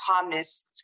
calmness